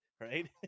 right